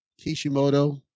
Kishimoto